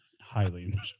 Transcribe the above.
highly